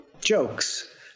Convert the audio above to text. jokes